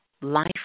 life